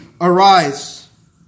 arise